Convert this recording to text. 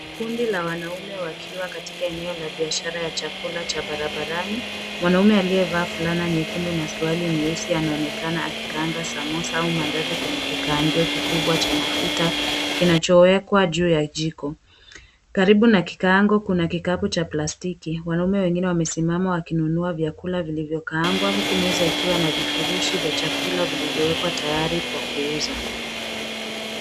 Kundi la wanaume wakiwa katika eneo la biashara ya chakula cha barabarani, mwanaume aliyevaa fulana nyekundu na suruali nyeusi anaonekana akikaanga samosa au maandazi kwenye kikaangio kikubwa cha mafuta kinachowekwa juu ya jiko, karibu na kikaango kuna kikapu cha plastiki. Wanaume wengine wamesimama wakinunua vyakula vilivyokaangwa huku meza ikiwa na vifurushi vya chakula vilivyowekwa tayari kwa kuuza.